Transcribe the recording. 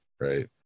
Right